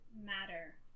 matter